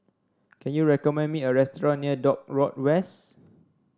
can you recommend me a restaurant near Dock Road West